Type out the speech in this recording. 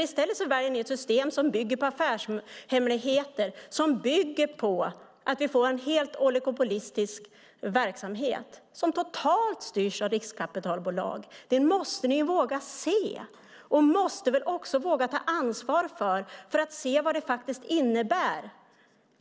I stället väljer ni ett system som bygger på affärshemligheter och att vi får en helt oligopolistisk verksamhet som totalt styrs av riskkapitalbolag. Det måste ni våga se. Ni måste också våga ta ansvar och se vad det faktiskt innebär.